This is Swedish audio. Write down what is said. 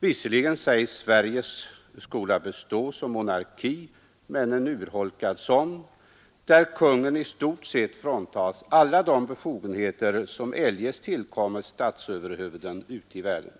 Visserligen sägs Sverige skola bestå som monarki men en —S— —— urholkad sådan, där konungen i stort sett fråntas alla de befogenheter Ny regeringsform som eljest tillkommer statsöverhuvuden ute i världen.